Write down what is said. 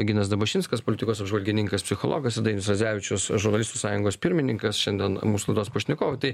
ginas dabašinskas politikos apžvalgininkas psichologas ir dainius radzevičius žurnalistų sąjungos pirmininkas šiandien mūsų laidos pašnekovai tai